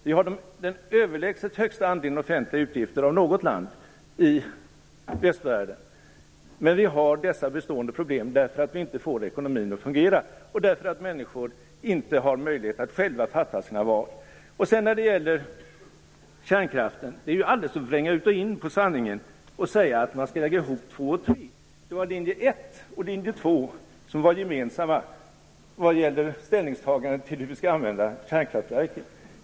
Vi har den överlägset största andelen offentliga utgifter av alla länder i västvärlden, men vi har bestående problem därför att vi inte får ekonomin att fungera och därför att människor inte har möjlighet att själva träffa sina val. När det gäller kärnkraften är det att alldeles vränga sanningen ut och in att säga att man skall lägga ihop linje 2 och linje 3. Det var linje 1 och linje 2 som var gemensamma i ställningstagandet till hur vi skall använda kärnkraftverken.